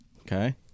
Okay